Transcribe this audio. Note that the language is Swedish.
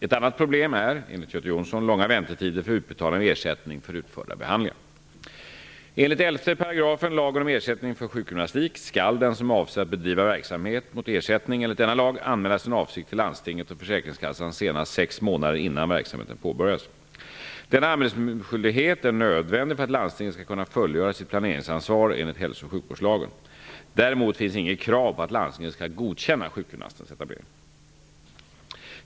Ett annat problem är -- enligt Göte Enligt 11 § lagen om ersättning för sjukgymnastik skall den som avser att bedriva verksamhet mot ersättning enligt denna lag anmäla sin avsikt till landstinget och försäkringskassan senast sex månader innan verksamheten påbörjas. Denna anmälningsskyldighet är nödvändig för att landstinget skall kunna fullgöra sitt planeringsansvar enligt hälso och sjukvårdslagen. Däremot finns inget krav på att landstinget skall godkänna sjukgymnastens etablering.